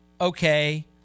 okay